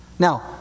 Now